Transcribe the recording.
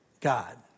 God